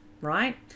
right